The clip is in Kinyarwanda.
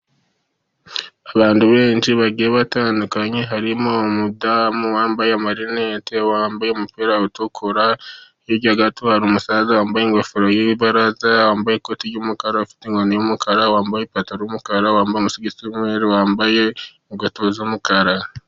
Abantu benshi bagiye batandukanye harimo umudamu wambaye amarinete, wambaye umupira utukura, hirya gato hari umusaza wambaye ingofero y'ibaraza, wambaye ikoti ry'umukara, afite inkoni y'umukara, wambaye ipantaro y'umukara, wambaye amasogisi y'umweru, wambaye inkweto z'umukara.